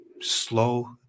slow